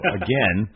again